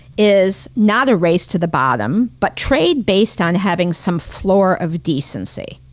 is not a race to the bottom. but trade based on having some floor of decency.